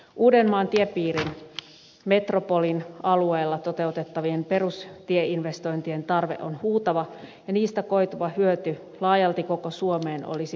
uudenmaan tiepiirin metropolin alueella toteutettavien perustieinvestointien tarve on huutava ja niistä koituva hyöty laajalti koko suomeen olisi merkittävä